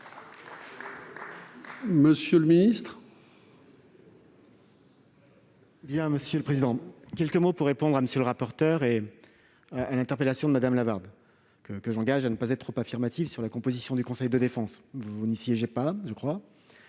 Monsieur le ministre,